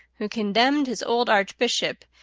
who condemned his old archbishop,